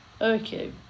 Okay